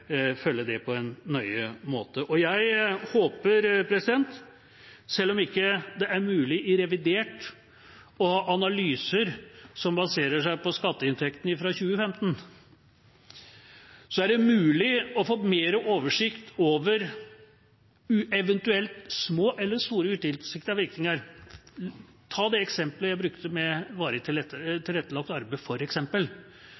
Jeg håper, selv om det ikke er mulig i revidert å ha analyser som baserer seg på skatteinntekten for 2015, at det er mulig å få bedre oversikt over eventuelle små eller store utilsiktede virkninger. Ta det eksempelet jeg brukte om varig tilrettelagt arbeid.